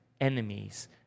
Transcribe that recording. enemies